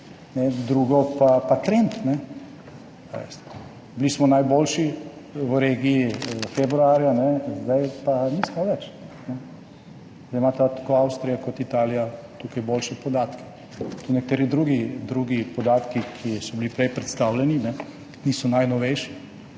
drugo pa trend, veste, bili smo najboljši v regiji februarja, zdaj pa nismo več. Zdaj imata tako Avstrija kot Italija tukaj boljše podatke. Tudi nekateri drugi podatki, ki so bili prej predstavljeni, niso najnovejši.